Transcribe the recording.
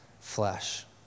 flesh